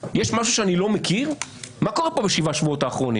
מסוימות שאני זוכר ובאו אנשי מקצוע,